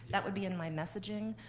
that would be in my messaging,